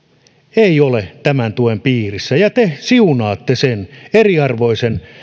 ei ole tämän tuen piirissä ja te siunaatte sen eriarvoisen